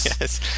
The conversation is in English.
Yes